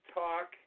talk